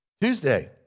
Tuesday